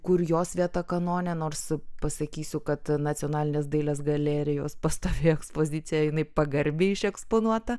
kur jos vieta kanone nors pasakysiu kad nacionalinės dailės galerijos pastovi pozicija jinai pagarbiai išeksponuota